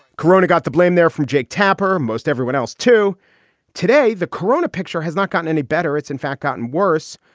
corona got the blame there from jake tapper most everyone else to today. the corona picture has not gotten any better. it's, in fact, gotten worse.